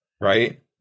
Right